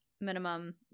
minimum